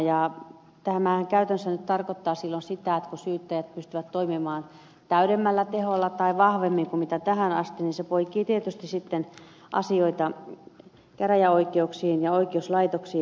ja tämähän käytännössä nyt tarkoittaa silloin sitä että kun syyttäjät pystyvät toimimaan täydemmällä teholla tai vahvemmin kuin tähän asti niin se poikii tietysti sitten asioita käräjäoikeuksiin ja oikeuslaitoksiin